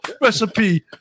recipe